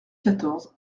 quatorze